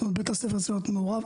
זאת אומרת בית הספר צריך להיות מעורב?